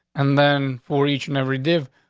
and then for each and every day,